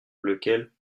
lequel